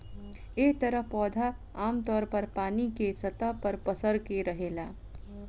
एह तरह पौधा आमतौर पर पानी के सतह पर पसर के रहेला